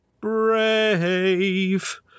brave